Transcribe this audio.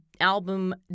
album